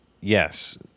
yes